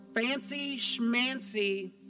fancy-schmancy